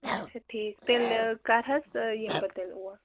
اچھا ٹھیٖک تیٚلہِ کَر حظ یِمہٕ بہٕ تیٚلہِ اور